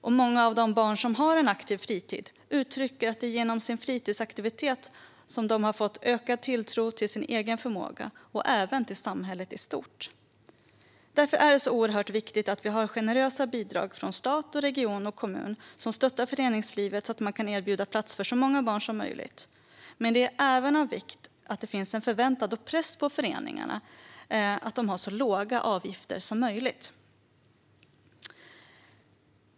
Och många av de barn som har en aktiv fritid uttrycker att de genom sin fritidsaktivitet har fått ökad tilltro till sin egen förmåga och även till samhället i stort. Därför är det oerhört viktigt att vi har generösa bidrag från stat, region och kommun, som stöttar föreningslivet så att man kan erbjuda plats för så många barn som möjligt. Men det är även av vikt att det finns en förväntan och press på föreningarna att ha så låga avgifter som möjligt.